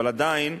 אבל עדיין,